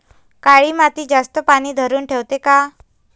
काळी माती जास्त पानी धरुन ठेवते का?